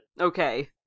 Okay